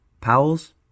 Powell's